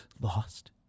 lost